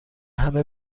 همه